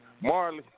Marley